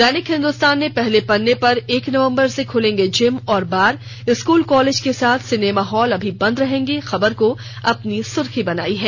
दैनिक हिंदुस्तान ने पहले पन्ने पर एक नवबर से ख्लेंगे जिम और बार स्कूल कॉलेज के साथ सीनेमा हॉल अभी बंद रहेंगे खबर को अपनी सुर्खी बनायी है